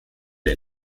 der